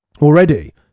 Already